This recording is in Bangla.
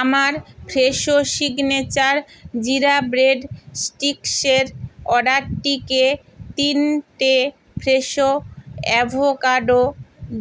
আমার ফ্রেশো সিগনেচার জিরা ব্রেড স্টিকসের অর্ডারটিকে তিনটে ফ্রেশো অ্যাভোকাডো